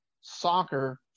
soccer